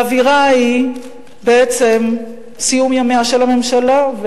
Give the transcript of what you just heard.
האווירה היא בעצם סיום ימיה של הממשלה.